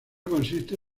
consiste